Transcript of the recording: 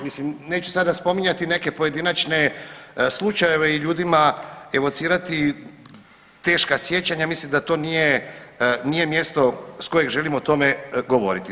Mislim neću sada spominjati neke pojedinačne slučajeve i ljudima evocirati teška sjećanja, mislim da to nije mjesto sa kojeg želim o tome govoriti.